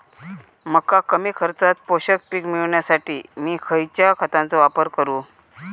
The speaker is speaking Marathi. मका कमी खर्चात पोषक पीक मिळण्यासाठी मी खैयच्या खतांचो वापर करू?